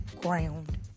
ground